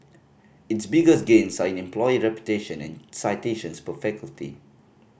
its biggest gains are in employer reputation and citations per faculty